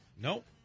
nope